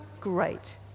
Great